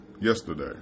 yesterday